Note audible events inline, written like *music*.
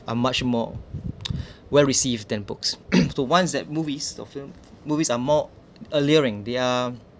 are much more *noise* *breath* well received than books *coughs* so ones that movies or films movies are more alluring they are